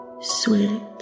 sweet